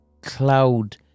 cloud